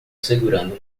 segurando